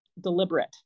deliberate